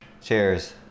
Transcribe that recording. cheers